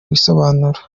ibisobanuro